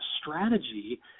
strategy